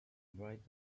bright